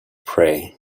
pray